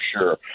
sure